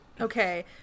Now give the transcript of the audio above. Okay